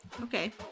Okay